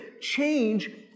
change